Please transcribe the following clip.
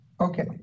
Okay